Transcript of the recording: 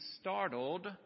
startled